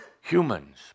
humans